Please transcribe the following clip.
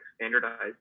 standardized